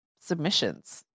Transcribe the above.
submissions